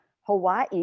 Hawaii